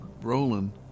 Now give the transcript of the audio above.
Roland